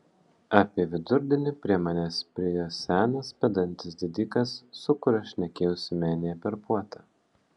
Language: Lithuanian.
apie vidurdienį prie manęs priėjo senas bedantis didikas su kuriuo šnekėjausi menėje per puotą